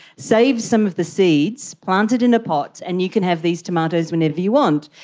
save some of the seeds, plant it in a pot and you can have these tomatoes whenever you want.